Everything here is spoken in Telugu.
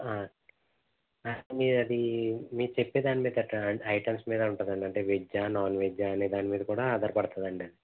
మీరు అదీ మీరు చెప్పేదాన్ని ఐటమ్స్ మీద ఉంటుందండి అంటే వెజ్జా నాన్ వెజ్జా అనే దానిమీద కూడా ఆధారపడుతుందండి అది